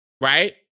right